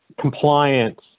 compliance